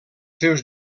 seus